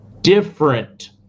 different